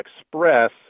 express